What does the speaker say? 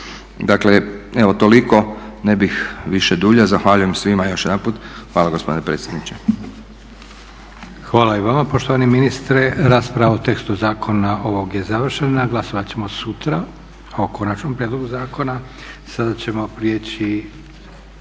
Dakle evo toliko, ne bih više duljio. Zahvaljujem svima još jedanput. Hvala gospodine predsjedniče.